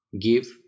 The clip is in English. give